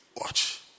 watch